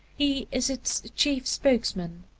he is its chief spokesman.